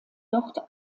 dort